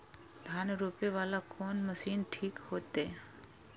धान रोपे वाला कोन मशीन ठीक होते?